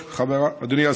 חברת הכנסת פנינה תמנו,